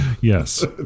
Yes